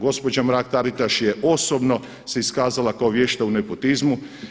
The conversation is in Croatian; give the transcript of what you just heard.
Gospođa Mrak Taritaš je osobno se iskazala kao vješta u nepotizmu.